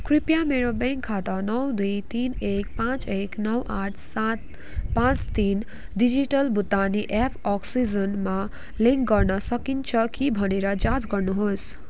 कृपया मेरो ब्याङ्क खाता नौ दुइ तिन एक पाँच एक नौ आठ सात पाँच तिन डिजिटल भुक्तानी एप अक्सिजेनमा लिङ्क गर्न सकिन्छ कि भनेर जाँच गर्नुहोस्